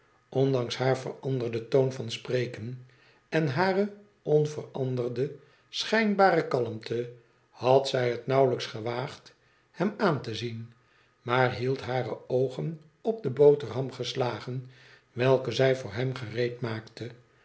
ondanks haar veranderden toon van spreken en hare onveranderde schijnbare kalmte had zij het nauwelijks gewaagd hem aan te zien maar hield hare oogen op de boterham geslagen welke zij voor hem